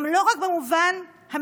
גם לא רק במובן המשילותי,